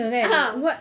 ah